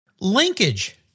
Linkage